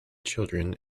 children